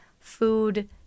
food